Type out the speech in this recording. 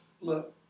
Look